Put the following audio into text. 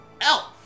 Elf